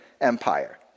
Empire